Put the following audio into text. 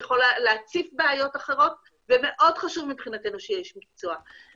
יכולה להציף בעיות אחרות ומאוד חשוב מבחינתנו שיהיה איש מקצוע.